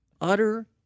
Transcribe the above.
utter